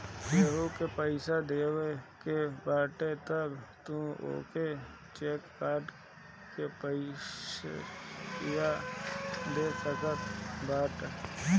केहू के पईसा देवे के बाटे तअ तू ओके चेक काट के पइया दे सकत बाटअ